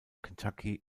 kentucky